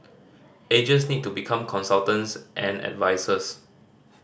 agents need to become consultants and advisers